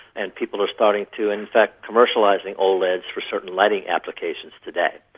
and people are starting to in fact commercialise oleds for certain lighting applications today.